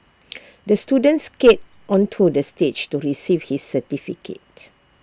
the student skated onto the stage to receive his certificate